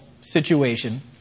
situation